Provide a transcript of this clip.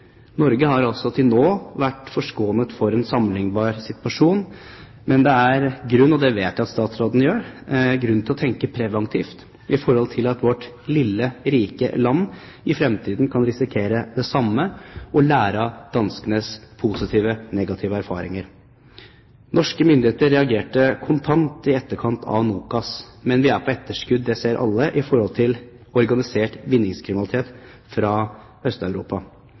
Norge har til nå vært forskånet for en sammenlignbar situasjon, men det er grunn – og det vet jeg at statsråden gjør – til å tenke preventivt i forhold til at vårt lille, rike land i fremtiden kan risikere det samme og lære av danskenes positive, negative erfaringer. Norske myndigheter reagerte kontant i etterkant av NOKAS, men vi er på etterskudd – det ser alle – i forhold til organisert vinningskriminalitet fra